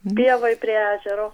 pievoj prie ežero